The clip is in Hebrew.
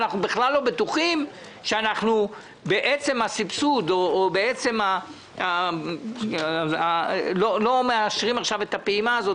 אנחנו בכלל לא בטוחים שבעצם הסבסוד לא מאשרים עכשיו את הפעימה הזאת